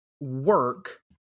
work